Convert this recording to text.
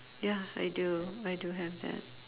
ya I do I do have that